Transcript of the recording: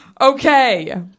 Okay